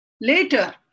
Later